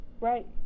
Right